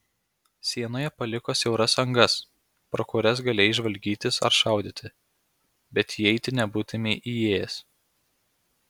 sienoje paliko siauras angas pro kurias galėjai žvalgytis ar šaudyti bet įeiti nebūtumei įėjęs